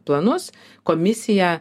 planus komisija